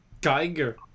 Geiger